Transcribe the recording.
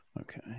Okay